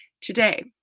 Today